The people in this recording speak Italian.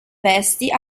vesti